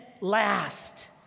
last